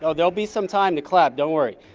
so there'll be some time to clap, don't worry.